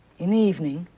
in the evening,